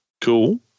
Cool